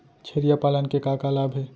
छेरिया पालन के का का लाभ हे?